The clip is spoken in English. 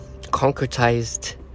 concretized